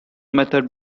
method